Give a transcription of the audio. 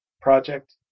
Project